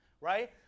right